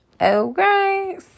Okay